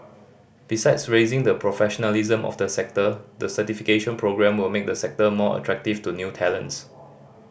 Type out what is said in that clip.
besides raising the professionalism of the sector the certification programme will make the sector more attractive to new talents